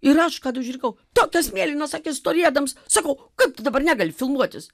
ir aš kad užrikau tokias mėlynas akis turiedams sakau kaip tu dabar negali filmuotis